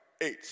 Eight